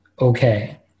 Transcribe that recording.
okay